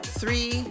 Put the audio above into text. three